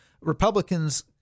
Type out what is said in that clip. Republicans